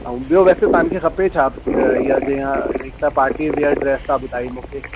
ऐं ॿियो वैसे तव्हांखे खपे छा ईय जीअं हिक त पार्टी वेयर ड्रेस तव्हां ॿुधाई मूंखे